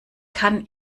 kann